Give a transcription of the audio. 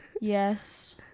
Yes